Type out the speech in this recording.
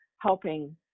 helping